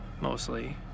mostly